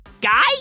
Guy